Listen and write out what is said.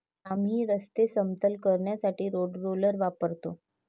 आम्ही रस्ते समतल करण्यासाठी रोड रोलर वापरतो